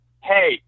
hey